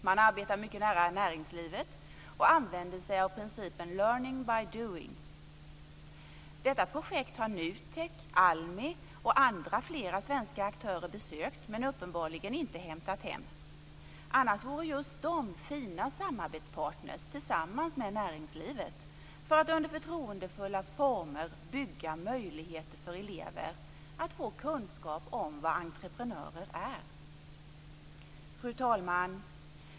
Man arbetar mycket nära näringslivet och använder sig av principen learning by doing. Detta projekt har NU TEK, ALMI och flera andra svenska aktörer besökt, men uppenbarligen inte hämtat hem. Annars vore just de fina samarbetspartner tillsammans med näringslivet för att under förtroendefulla former bygga möjligheter för elever att få kunskap om vad entreprenörer är. Fru talman!